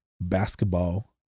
basketball